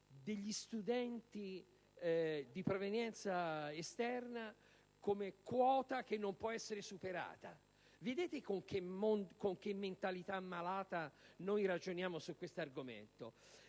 degli studenti di provenienza esterna come quota che non può essere superata. Vedete con che mentalità malata ragioniamo su questo argomento?